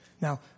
Now